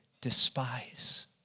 despise